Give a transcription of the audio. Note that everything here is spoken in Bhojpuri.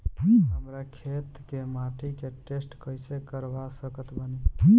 हमरा खेत के माटी के टेस्ट कैसे करवा सकत बानी?